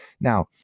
Now